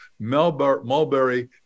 mulberry